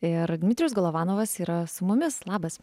ir dmitrijus golovanovas yra su mumis labas